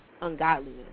ungodliness